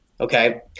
Okay